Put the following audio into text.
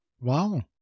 Wow